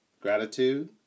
Gratitude